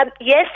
Yes